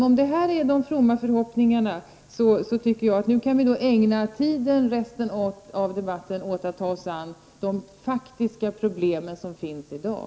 Om detta var de fromma förhoppningarna, tycker jag att vi nu kan ägna resten av debattiden åt att ta oss an de faktiska problem som finns i dag.